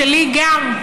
שלי גם,